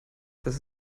dass